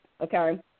okay